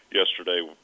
yesterday